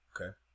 Okay